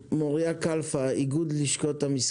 מוריה כלפה בזום.